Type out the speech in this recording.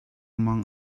mang